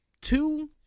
two